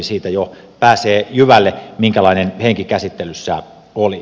siitä jo pääsee jyvälle minkälainen henki käsittelyssä oli